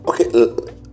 Okay